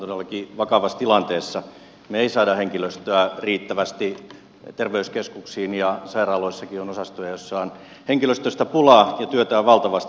me emme saa henkilöstöä riittävästi terveyskeskuksiin ja sairaaloissakin on osastoja joissa on henkilöstöstä pulaa ja työtä on valtavasti